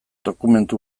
dokumentu